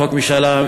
חוק משאל עם,